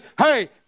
hey